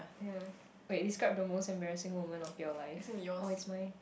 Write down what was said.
ya wait describe the most embarrassing moment of your life oh it's mine